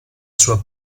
sua